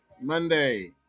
monday